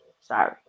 Sorry